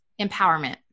empowerment